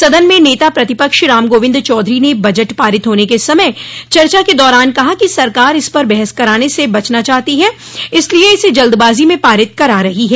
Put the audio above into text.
सदन में नेता प्रतिपक्ष राम गोविन्द चौधरी ने बजट पारित के समय चर्चा के दौरान कहा कि सरकार इस पर बहस कराने से बचना चाहती है इसलिए इसे जल्दबाजी में पारित करा रही है